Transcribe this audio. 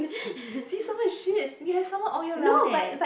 see summer is shit we have summer all year round eh